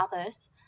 others